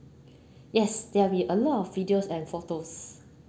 yes there will be a lot of videos and photos